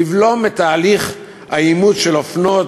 לבלום את תהליך האימוץ של אופנות,